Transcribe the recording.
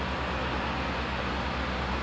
oh but tapi dia buat apa competition